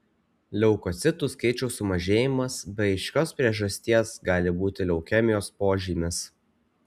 leukocitų skaičiaus sumažėjimas be aiškios priežasties gali būti leukemijos požymis